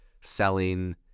selling